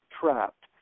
trapped